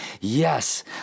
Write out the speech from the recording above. yes